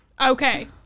okay